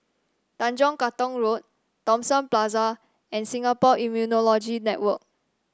Tanjong Katong Road Thomson Plaza and Singapore Immunology Network